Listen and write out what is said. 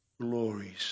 glories